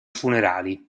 funerali